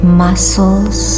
muscles